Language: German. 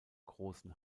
großen